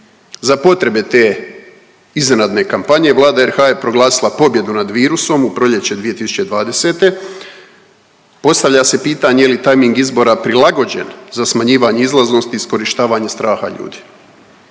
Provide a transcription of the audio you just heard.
Za potrebe te iznenadne kampanje Vlada RH je proglasila pobjedu nad virusom u proljeće 2020., postavlja se pitanje je li tajming izbora prilagođen za smanjivanje izlaznosti i iskorištavanje straha ljudi?